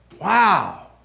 Wow